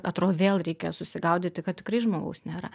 atrodo vėl reikia susigaudyti kad tikrai žmogaus nėra